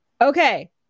Okay